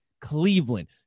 Cleveland